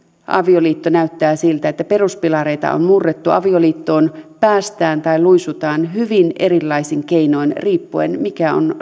avioliitto näyttää siltä että peruspilareita on murrettu avioliittoon päästään tai luisutaan hyvin erilaisin keinoin riippuen siitä mikä on